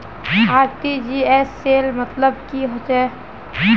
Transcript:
RTGS सेल मतलब की होचए?